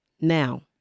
Now